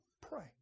pray